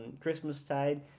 Christmas-tide